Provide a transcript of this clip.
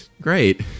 Great